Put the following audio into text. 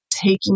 taking